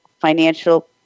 financial